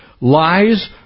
Lies